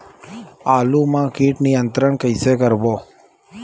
आलू मा कीट नियंत्रण कइसे करबो?